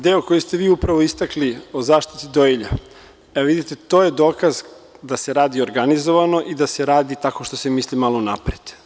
Deo koji ste vi upravo istakli o zaštiti dojilja, vidite to je dokaz da se radi organizovano i da se radi tako što se misli malo unapred.